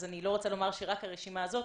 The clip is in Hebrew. אז אני לא רוצה לומר שרק הרשימה הזאת,